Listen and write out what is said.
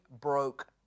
broke